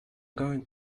going